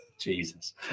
Jesus